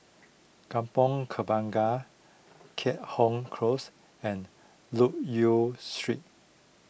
Kampong Kembangan Keat Hong Close and Loke Yew Street